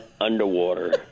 underwater